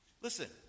Listen